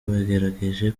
bagerageje